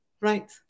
Right